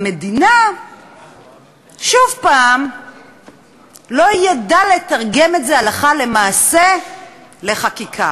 המדינה שוב לא ידעה לתרגם את זה הלכה למעשה לחקיקה.